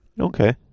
Okay